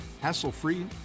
hassle-free